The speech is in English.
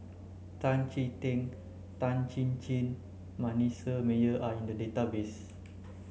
Tan Chee Teck Tan Chin Chin Manasseh Meyer are in the database